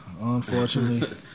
unfortunately